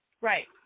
Right